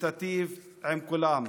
שתיטיב עם כולם.